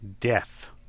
death